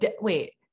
Wait